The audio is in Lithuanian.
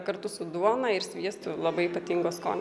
kartu su duona ir sviestu labai ypatingo skonio